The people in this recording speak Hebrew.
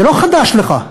זה לא חדש לך.